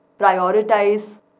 prioritize